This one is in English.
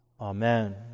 Amen